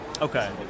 Okay